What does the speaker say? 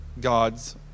God's